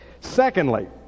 Secondly